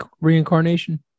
reincarnation